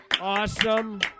Awesome